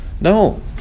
No